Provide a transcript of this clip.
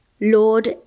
Lord